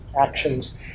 actions